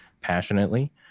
passionately